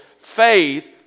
faith